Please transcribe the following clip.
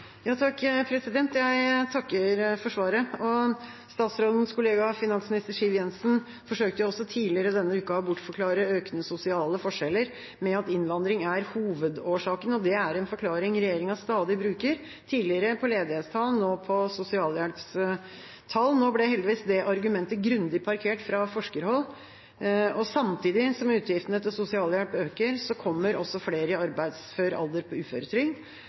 Jeg takker for svaret. Statsrådens kollega, finansminister Siv Jensen, forsøkte jo også tidligere denne uka å bortforklare økende sosiale forskjeller med at innvandring er hovedårsaken. Det er en forklaring regjeringa stadig bruker – tidligere på ledighetstall, nå på sosialhjelpstall. Nå ble det argumentet heldigvis grundig parkert fra forskerhold. Samtidig som utgiftene til sosialhjelp øker, kommer flere i arbeidsfør alder på